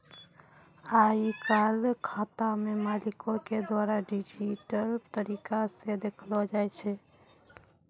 आइ काल्हि खाता के मालिको के द्वारा डिजिटल तरिका से देखलो जाय छै